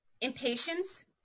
Impatience